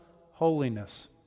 holiness